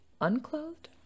unclothed